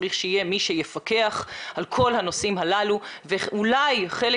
צריך שיהיה מי שיפקח על כל הנושאים הללו ואולי חלק